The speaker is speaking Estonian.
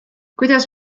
kuidas